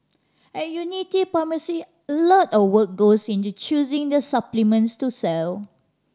at Unity Pharmacy a lot of work goes into choosing the supplements to sell